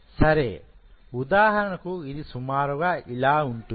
సరే ఉదాహరణకు ఇది సుమారుగా ఇలా ఉంటుంది